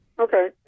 Okay